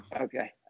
okay